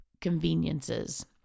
conveniences